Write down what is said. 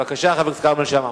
בבקשה, חבר הכנסת כרמל שאמה.